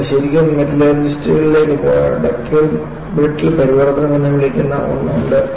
നിങ്ങൾ ശരിക്കും മെറ്റലർജിസ്റ്റുകളിലേക്ക് പോയാൽ ഡക്റ്റൈൽ ബ്രിട്ടിൽ പരിവർത്തനം എന്ന് വിളിക്കപ്പെടുന്ന ഒന്ന് ഉണ്ട്